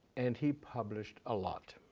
and he published a lot.